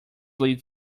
lead